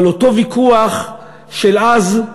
אבל אותו ויכוח של אז,